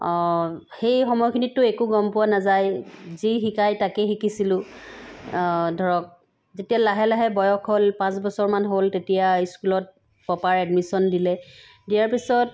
অঁ সেই সময়খিনিতটো একো গম পোৱা নাযায় যি শিকাই তাকে শিকিছিলোঁ অঁ ধৰক যেতিয়া লাহে লাহে বয়স হ'ল পাঁচ বছৰমান হ'ল তেতিয়া স্কুলত প্ৰপাৰ এডমিশ্যন দিলে দিয়াৰ পিছত